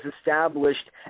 established